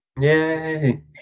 Yay